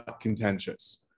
contentious